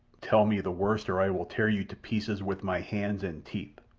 tell me the worst, or i will tear you to pieces with my hands and teeth.